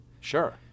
sure